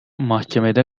mahkemede